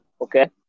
okay